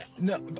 No